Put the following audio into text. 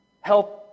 help